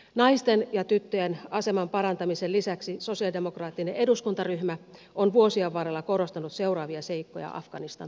naisten ja tyttöjen aseman parantamisen lisäksi sosialidemokraattinen eduskuntaryhmä on vuosien varrella korostanut seuraavia seikkoja afganistan politiikassa